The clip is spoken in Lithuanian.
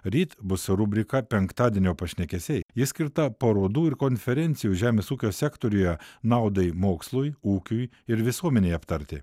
ryt bus rubrika penktadienio pašnekesiai ji skirta parodų ir konferencijų žemės ūkio sektoriuje naudai mokslui ūkiui ir visuomenei aptarti